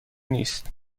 نیست